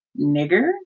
nigger